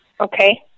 Okay